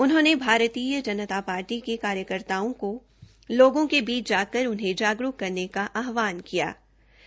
उन्होंने भारतीय जनता पार्टी के कार्यकर्ताओं को लोगों के बीच जाकर उन्हें जागरूक करने का आहवान किया है